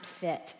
fit